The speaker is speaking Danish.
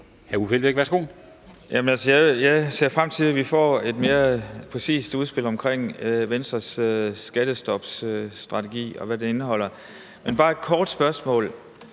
jeg ser frem til, at vi får et mere præcist udspil om Venstres skattestopsstrategi, og hvad den indeholder. Jeg har bare et kort spørgsmål: